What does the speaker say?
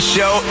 Show